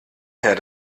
herr